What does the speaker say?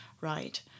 right